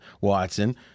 Watson